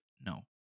No